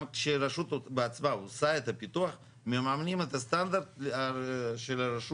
גם כשרשות בעצמה עושה את הפיתוח מממנים את הסטנדרט של הרשות.